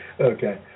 Okay